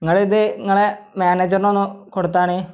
നിങ്ങളിത് നിങ്ങളുടെ മാനേജറിനൊന്ന് കൊട്ത്താണി